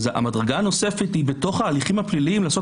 המדרגה הנוספת היא בתוך ההליכים הפליליים לעשות